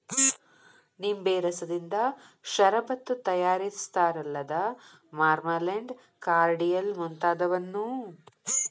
ನಿಂಬೆ ರಸದಿಂದ ಷರಬತ್ತು ತಯಾರಿಸ್ತಾರಲ್ಲದ ಮಾರ್ಮಲೆಂಡ್, ಕಾರ್ಡಿಯಲ್ ಮುಂತಾದವನ್ನೂ ತಯಾರ್ ಮಾಡ್ತಾರ